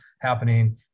happening